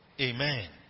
Amen